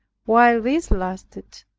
while this lasted,